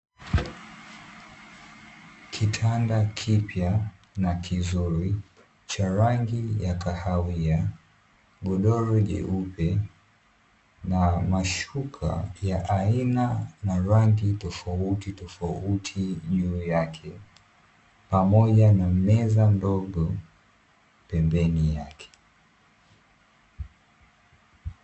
Kitanda kipya na kizuri cha rangi ya kahawia, godoro jeupe na mashuka ya aina na rangi tofauti tofauti juu yake pamoja na meza ndogo pembeni yake.